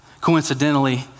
coincidentally